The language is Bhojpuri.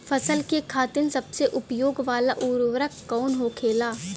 फसल के खातिन सबसे उपयोग वाला उर्वरक कवन होखेला?